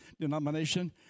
denomination